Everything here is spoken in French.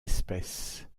espèces